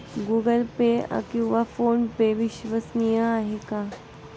Google Pay किंवा PhonePe विश्वसनीय आहेत का?